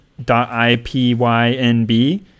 .ipynb